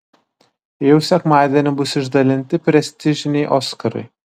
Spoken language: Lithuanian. jau sekmadienį bus išdalinti prestižiniai oskarai